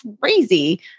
crazy